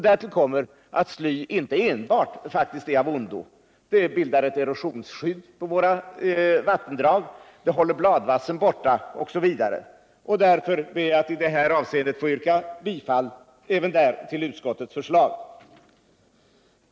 Därtill kommer att sly faktiskt inte enbart är av ondo. Det bildar ett erosionsskydd vid våra vattendrag, det håller bladvassen borta osv. Därför ber jag även i detta avseende att få yrka bifall till utskottets förslag.